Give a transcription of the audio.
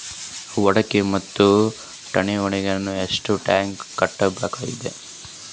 ಹೂಡಿಕೆ ಮತ್ತು ಠೇವಣಿಗಳಿಗ ಎಷ್ಟ ಟಾಕ್ಸ್ ಕಟ್ಟಬೇಕಾಗತದ?